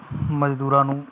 ਮਜ਼ਦੂਰਾਂ ਨੂੰ